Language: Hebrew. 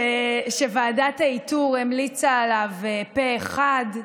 שוועדת האיתור המליצה עליו פה אחד,